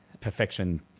perfection